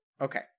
Okay